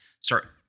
start